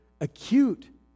acute